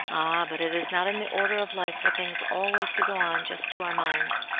ah, but it is not in the order of life for things always to go on just to our minds.